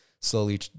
slowly